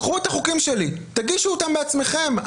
קחו את החוקים שלי, תגישו אותם בעצמכם.